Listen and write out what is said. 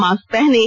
mask पहनें